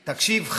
תקשיב,